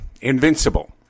Invincible